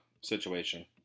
situation